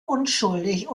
unschuldig